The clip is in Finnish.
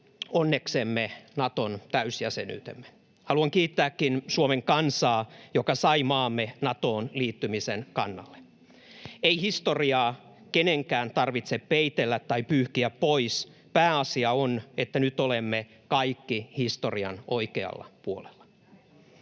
onneksemme — Naton täysjäsenyytemme. Haluankin kiittää Suomen kansaa, joka sai maamme Natoon liittymisen kannalle. Ei historiaa kenenkään tarvitse peitellä tai pyyhkiä pois. Pääasia on, että nyt olemme kaikki historian oikealla puolella.